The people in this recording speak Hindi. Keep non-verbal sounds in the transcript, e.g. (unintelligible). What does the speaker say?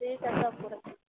ठीक है सब पूरा (unintelligible)